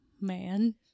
man